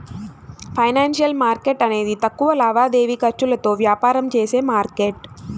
financial market అనేది తక్కువ లావాదేవీ ఖర్చులతో వ్యాపారం చేసే మార్కెట్